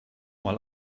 mal